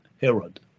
Herod